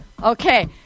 Okay